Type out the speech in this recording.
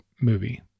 movie